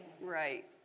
Right